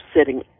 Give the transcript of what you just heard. sitting